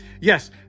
Yes